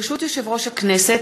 ברשות יושב-ראש הכנסת,